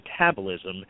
metabolism